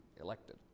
elected